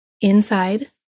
inside